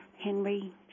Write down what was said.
Henry